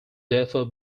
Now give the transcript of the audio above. therefore